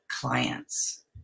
clients